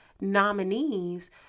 nominees